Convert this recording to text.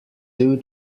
two